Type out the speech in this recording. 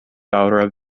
daŭre